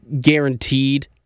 guaranteed